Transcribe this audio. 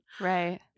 Right